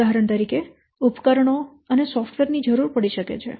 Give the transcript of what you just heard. ઉદાહરણ તરીકે ઉપકરણો અને સોફ્ટવેર ની જરૂર પડે છે